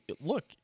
look